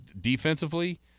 Defensively